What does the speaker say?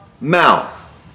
mouth